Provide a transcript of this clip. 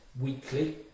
weekly